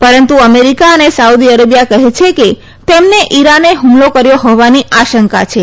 પરંતુ અમેરિકા અને Saudi Arabia કહે છે કે તેમને ઇરાને હ્મલો કર્યો હોવાની આશંકા છિ